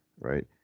right